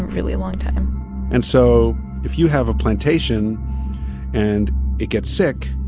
really long time and so if you have a plantation and it gets sick,